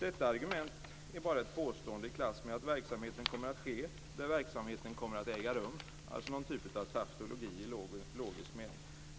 Detta argument är bara ett påstående i klass med att verksamheten kommer att ske där verksamheten kommer att äga rum, dvs. någon typ av tautologi i logisk mening.